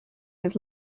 his